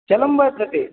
जलं वर्तते